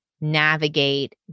navigate